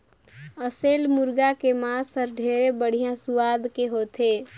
असेल मुरगा के मांस हर ढेरे बड़िहा सुवाद के होथे